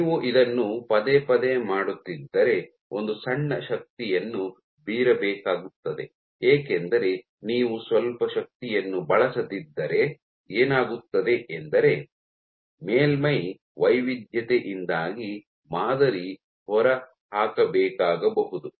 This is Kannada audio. ನೀವು ಇದನ್ನು ಪದೇ ಪದೇ ಮಾಡುತ್ತಿದ್ದರೆ ಒಂದು ಸಣ್ಣ ಶಕ್ತಿಯನ್ನು ಬೀರಬೇಕಾಗುತ್ತದೆ ಏಕೆಂದರೆ ನೀವು ಸ್ವಲ್ಪ ಶಕ್ತಿಯನ್ನು ಬಳಸದಿದ್ದರೆ ಏನಾಗುತ್ತದೆ ಎಂದರೆ ಮೇಲ್ಮೈ ವೈವಿಧ್ಯತೆಯಿಂದಾಗಿ ಮಾದರಿ ಹೊರಹಾಕಬೇಕಾಗಬಹುದು